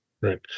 Right